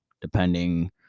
depending